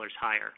higher